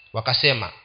Wakasema